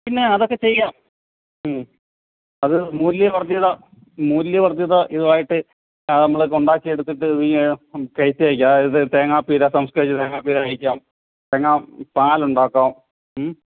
പിന്നെ അതൊക്കെ ചെയ്യാം ഉം അത് മൂല്യവർധ്യത മൂല്യവർധ്യത ഇതുവായിട്ട് നമ്മൾ ഇതുണ്ടാക്കി എടുത്തിട്ട് കയറ്റി അയയ്ക്കാം അതായത് തേങ്ങ തേങ്ങാപ്പീര സംസ്കരിച്ച് തേങ്ങാപ്പീര അയയ്ക്കാം തേങ്ങാപ്പാൽ ഉണ്ടാക്കാം